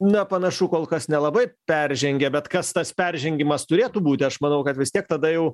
na panašu kol kas nelabai peržengia bet kas tas peržengimas turėtų būti aš manau kad vis tiek tada jau